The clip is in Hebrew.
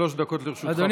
שלוש דקות לרשותך, בבקשה.